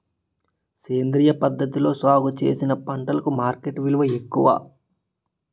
సేంద్రియ పద్ధతిలో సాగు చేసిన పంటలకు మార్కెట్ విలువ ఎక్కువ